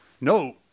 no